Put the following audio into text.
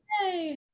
Yay